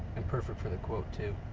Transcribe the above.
and perfect for the quote too.